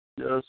Yes